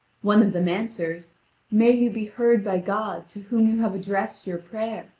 one of them answers may you be heard by god, to whom you have addressed your prayer.